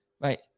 right